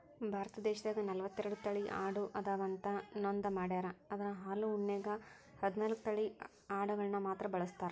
ಭಾರತ ದೇಶದಾಗ ನಲವತ್ತೆರಡು ತಳಿ ಆಡು ಅದಾವ ಅಂತ ನೋಂದ ಮಾಡ್ಯಾರ ಅದ್ರ ಹಾಲು ಉಣ್ಣೆಗೆ ಹದ್ನಾಲ್ಕ್ ತಳಿ ಅಡಗಳನ್ನ ಮಾತ್ರ ಬಳಸ್ತಾರ